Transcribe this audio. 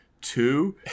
Two